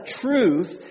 truth